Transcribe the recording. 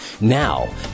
Now